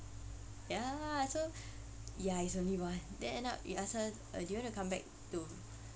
ya lah so ya it's only one then end up we asked her err do you want to come back to